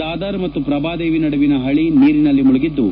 ದಾದರ್ ಮತ್ತು ಪ್ರಭಾದೇವಿ ನಡುವಿನ ಹಳಿ ನೀರಿನಲ್ಲಿ ಮುಳುಗಿದ್ದು